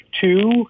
two